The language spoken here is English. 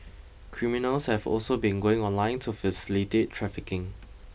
criminals have also been going online to facilitate trafficking